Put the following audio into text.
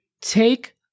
take